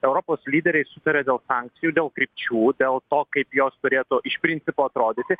europos lyderiai sutarė dėl sankcijų dėl krypčių dėl to kaip jos turėtų iš principo atrodyti